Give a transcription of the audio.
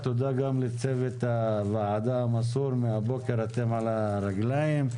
תודה גם לצוות הוועדה המסור שמהבוקר הוא על הרגליים.